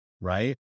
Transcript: right